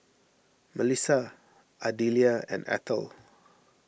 Melissa Adelia and Ethel